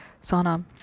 Sana